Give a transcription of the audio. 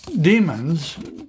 demons